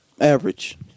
average